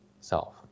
self